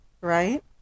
right